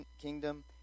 kingdom